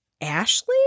Ashley